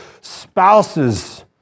spouses